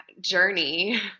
journey